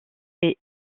est